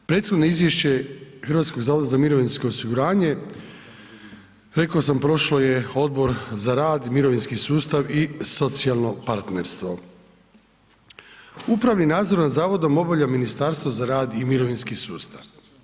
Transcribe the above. Prethodno izvješće HZMO-a rekao sam prošao je Odbor za rad, mirovinski sustav i socijalno partnerstvo, upravni nadzor nad zavodom obavlja Ministarstvo za rad i mirovinski sustav.